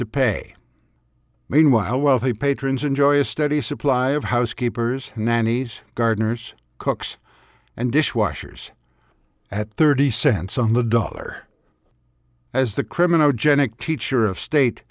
to pay meanwhile while the patrons enjoy a steady supply of housekeepers nannies gardeners cooks and dishwashers at thirty cents on the dollar as the criminal genic teacher of state